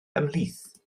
ymhlith